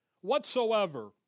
Whatsoever